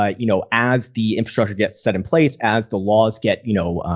ah you know, as the insfrastructure gets set in place as the laws get, you know,